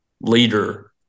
leader